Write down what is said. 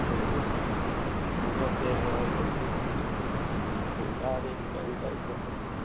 ꯎꯝ ꯀꯔꯤꯝ ꯇꯧꯗꯦ ꯑꯉꯥꯡ ꯅꯨꯕꯤ ꯁ꯭ꯀꯨꯜ ꯀꯥꯔꯤ ꯀꯔꯤꯝ ꯇꯧꯗ꯭ꯔꯦ